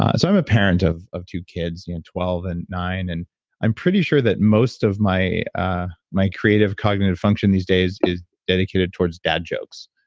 i'm a parent of of two kids, yeah and twelve and nine, and i'm pretty sure that most of my ah my creative cognitive function these days is dedicated towards dad jokes.